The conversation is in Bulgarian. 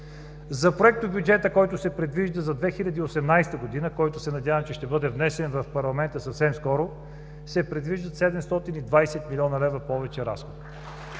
За проектобюджета, който се предвижда за 2018 г., който се надявам, че ще бъде внесен в парламента съвсем скоро, се предвиждат 720 млн. лв. повече разходи.